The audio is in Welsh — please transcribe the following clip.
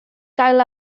gael